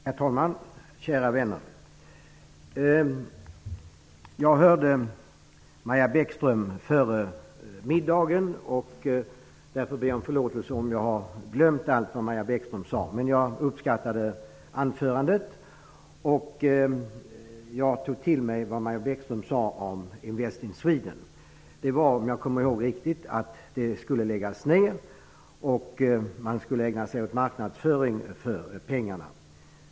Herr talman! Kära vänner! Före middagsuppehållet hörde jag Maja Bäckström. Jag ber om förlåtelse om jag inte kommer ihåg allt vad hon sade. Jag uppskattade anförandet. Jag tog till mig vad Maja Bäckström sade om Invest in Sweden. Om jag kommer ihåg riktigt sade hon att det skulle läggas ned och man skulle ägna sig åt marknadsföring för de pengarna.